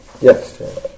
Yes